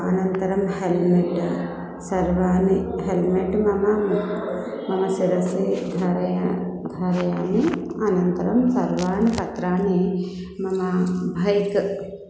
अनन्तरं हेलमेट् सर्वाणि हेल्मेट् मम मम शिरसि धारय धारयामि अनन्तरं सर्वाणि पत्राणि मम भैक्